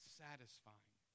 satisfying